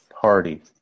party